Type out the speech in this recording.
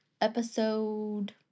episode